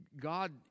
God